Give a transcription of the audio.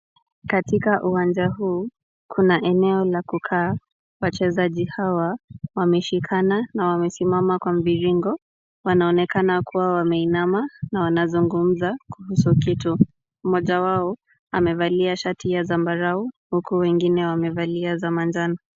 Katika uwanja huu kuna eneo la kukaa. Wachezaji hawa wameshikana na wamesimama kwa mviringo. Wanaonekana kuwa wameinama na wanazungumza kuhusu kitu. Mmoja wao amevalia shati ya zambarau huku wengine wamevalia za manjano.